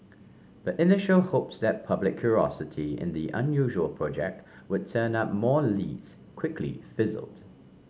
but initial hopes that public curiosity in the unusual project would turn up more leads quickly fizzled